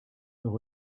leur